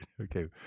okay